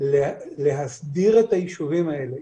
להסדיר את היישובים האלה,